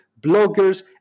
bloggers